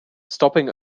stopping